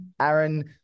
Aaron